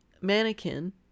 Mannequin